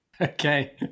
Okay